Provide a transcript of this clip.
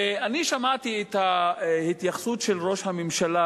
אני שמעתי את ההתייחסות של ראש הממשלה,